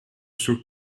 sul